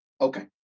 Okay